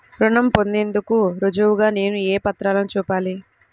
రుణం పొందేందుకు రుజువుగా నేను ఏ పత్రాలను చూపాలి?